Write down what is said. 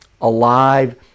alive